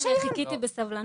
חיכיתי בסבלנות.